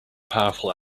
powerful